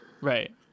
Right